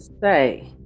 say